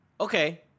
Okay